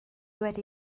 wedi